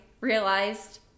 realized